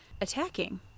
attacking